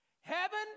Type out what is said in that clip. Heaven